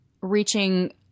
reaching